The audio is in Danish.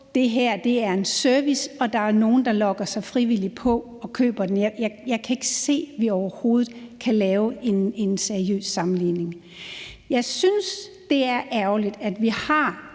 Det her er en service, og der er nogle, der logger sig frivilligt på og køber den. Jeg kan ikke se, at vi overhovedet kan lave en seriøs sammenligning. Jeg synes, det er ærgerligt, at vi har